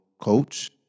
coach